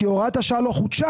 כי הוראת השעה לא חודשה